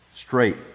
Straight